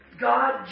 God